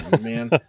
man